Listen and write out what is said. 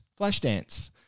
Flashdance